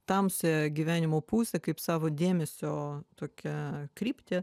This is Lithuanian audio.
tamsiąją gyvenimo pusę kaip savo dėmesio tokią kryptį